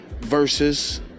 versus